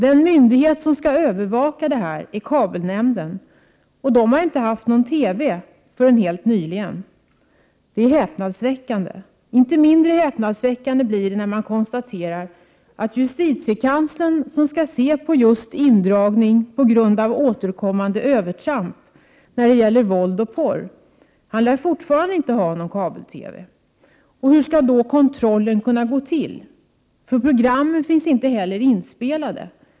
Den myndighet som skall övervaka det hela är kabelnämnden, och den har inte fått någon TV förrän helt nyligen. Det är häpnadsväckande. Inte mindre häpnadsväckande blir det när man konstaterar att justitiekanslern — som skall se på just indragning på grund av återkommande övertramp när det gäller våld och porr — fortfarande inte lär ha kabel-TV. Och hur skall då kontrollen kunna gå till? Programmen finns nämligen inte inspelade.